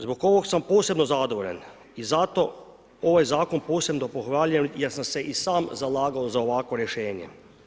Zbog ovog sam posebno zadovoljan i zato ovaj zakon posebno pohvaljujem jer sam se i sam zalagao za ovakvo rješenje.